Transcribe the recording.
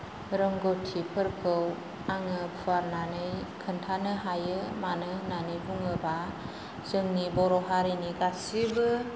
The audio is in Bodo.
रोंगौथिफोरखौ आङो फुवारनानै खोन्थानो हायो मानो होननानै बुङोब्ला जोंनि बर' हारिनि गासैबो